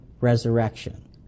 resurrection